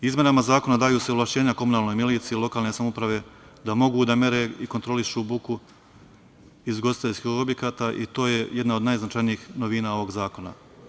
Izmenama zakona daju se ovlašćenja komunalnoj miliciji lokalne samouprave da mogu da mere i kontrolišu buku iz ugostiteljskih objekata i to je jedna od najznačajnijih novina ovog zakona.